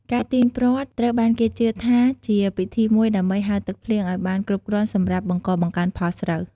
ការទាញព្រ័ត្រត្រូវបានគេជឿថាជាពិធីមួយដើម្បី ហៅទឹកភ្លៀង ឱ្យបានគ្រប់គ្រាន់សម្រាប់បង្កបង្កើនផលស្រូវ។